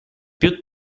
più